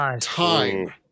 time